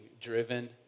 driven